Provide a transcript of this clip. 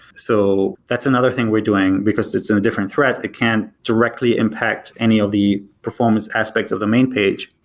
so that's another thing we're doing, because it's in a different threat, it can't directly impact any of the performance aspects of the main page.